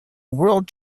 world